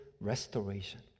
restoration